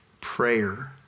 Prayer